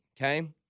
Okay